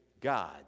God